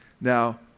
Now